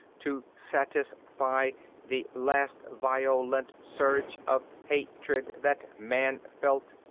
to satisfy the last violent surge of hatred that man felt.